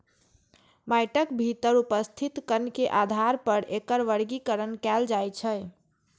माटिक भीतर उपस्थित कण के आधार पर एकर वर्गीकरण कैल जाइ छै